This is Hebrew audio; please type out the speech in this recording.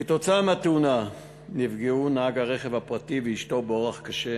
כתוצאה מהתאונה נפגעו נהג הרכב הפרטי ואשתו באורח קשה